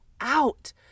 out